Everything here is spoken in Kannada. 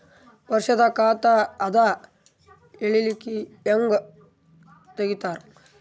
ವರ್ಷದ ಖಾತ ಅದ ಹೇಳಿಕಿ ಹೆಂಗ ತೆಗಿತಾರ?